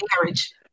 marriage